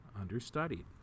understudied